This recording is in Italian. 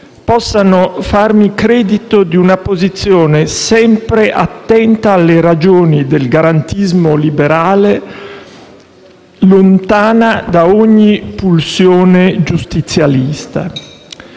possano farmi credito di una posizione sempre attenta alle ragioni del garantismo liberale, lontana da ogni pulsione giustizialista.